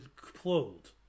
clothed